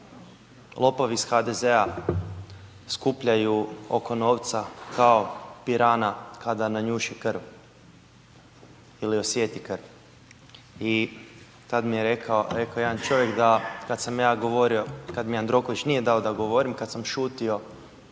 lopovi iz HDZ-a skupljaju oko novca kao pirana kada nanjuši krv ili osjeti krv i tad mi je rekao jedan čovjek da kad sam govorio, kad mi Jandroković nije dao da govorim, kad sam šutio